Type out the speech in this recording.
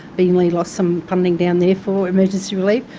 beenleigh lost some funding down there for emergency relief,